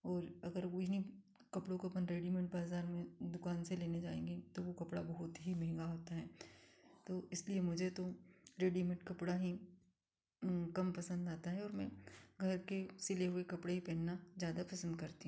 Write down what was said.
और अगर उन्हीं कपड़ों को अपन रडी मेड बाज़ार में दुकान से लेने जाएँगे तो वो कपड़ा बहुत ही महँगा होता है तो इसलिए मुझे तो रडी मेड कपड़ा ही कम पसंद आता है और मैं घर के सिले हुए कपड़े ही पहनना ज़्यादा पसंद करती